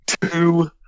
Two